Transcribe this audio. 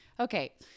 Okay